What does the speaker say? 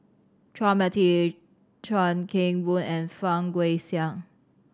Chua Mia Tee Chuan Keng Boon and Fang Guixiang